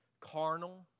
carnal